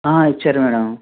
ఇచ్చారు మేడం